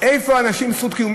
איפה האנשים עם זכות קיום,